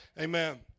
Amen